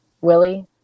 Willie